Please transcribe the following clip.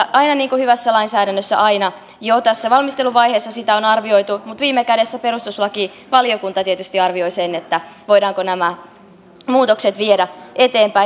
niin kuin hyvässä lainsäädännössä aina jo tässä valmisteluvaiheessa sitä on arvioitu mutta viime kädessä perustuslakivaliokunta tietysti arvioi sen voidaanko nämä muutokset viedä eteenpäin